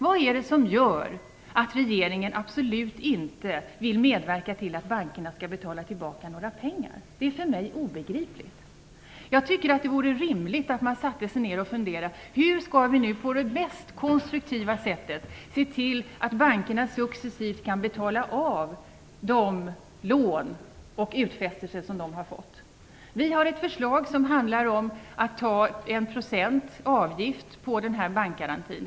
Vad är det som gör att regeringen absolut inte vill medverka till att bankerna skall betala tillbaka några pengar? Det är obegripligt för mig. Jag tycker att det vore rimligt att vi satte oss ner och funderade över hur vi på det mest konstruktiva sättet kan se till att bankerna successivt kan betala av de lån och utfästelser om pengar som de har fått. Vi har ett förslag som innebär att man tar ut 1 % i avgift på bankgarantin.